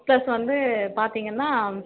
plus வந்து பார்த்தீங்கன்னா